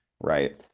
Right